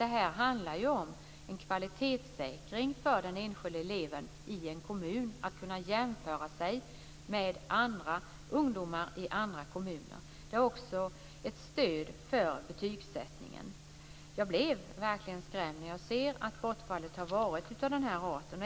Det här handlar ju om en kvalitetssäkring för den enskilde eleven i en kommun. Eleven kan jämföra sig med andra ungdomar i andra kommuner. Det är också ett stöd för betygssättningen. Jag blir verkligen skrämd när jag ser att bortfallet har varit av den här arten.